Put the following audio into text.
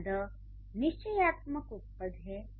यहाँ 'दि' निश्चयात्मक उपपद है